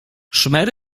szmer